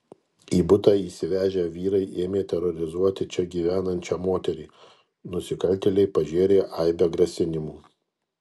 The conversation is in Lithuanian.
į butą įsivežę vyrai ėmė terorizuoti čia gyvenančią moterį nusikaltėliai pažėrė aibę grasinimų